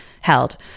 held